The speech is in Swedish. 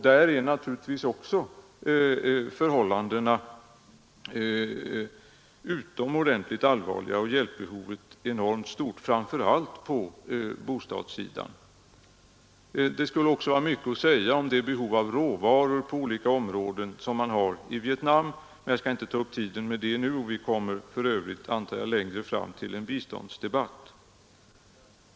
Där är naturligtvis förhållandena också utomordentligt allvarliga och hjälpbehovet enormt stort, framför allt på bostadssidan. Det skulle också vara mycket att säga om det behov av råvaror på olika områden som man har i Vietnam, men jag skall nu inte ta upp tiden med detta. Vi kommer längre fram, antar jag, att föra en biståndsdebatt.